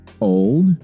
old